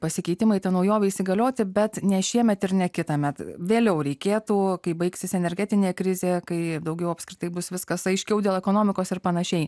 pasikeitimai ta naujovė įsigalioti bet ne šiemet ir ne kitąmet vėliau reikėtų kai baigsis energetinė krizė kai daugiau apskritai bus viskas aiškiau dėl ekonomikos ir panašiai